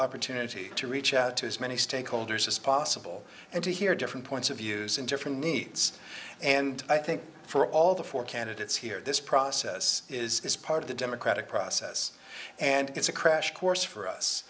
opportunity to reach out to as many stakeholders as possible and to hear different points of views and different needs and i think for all the four candidates here this process is part of the democratic process and it's a crash course for us